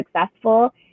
successful